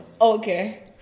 okay